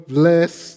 bless